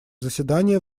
заседание